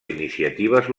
iniciatives